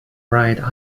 right